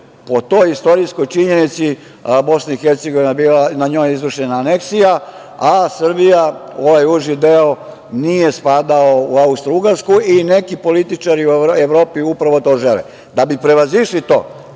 po toj istorijskoj činjenici BiH na njoj je izvršena aneksija, a Srbija, ovaj uži deo, nije spadao u Austrougarsku i neki političari u Evropi upravo to žele. Da bi prevazišli to,